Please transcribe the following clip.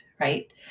right